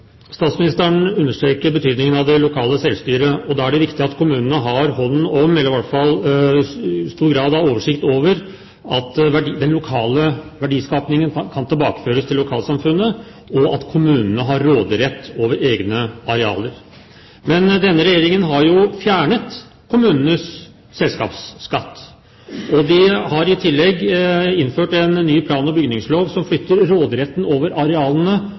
Statsministeren understreker betydningen av det lokale selvstyre. Da er det viktig at kommunene har hånd om, eller i hvert fall i stor grad oversikt over, den lokale verdiskapningen slik at den kan tilbakeføres til lokalsamfunnet, og at kommunene har råderett over egne arealer. Men denne regjeringen har jo fjernet kommunenes selskapsskatt. Og de har i tillegg innført en ny plan- og bygningslov som flytter råderetten over arealene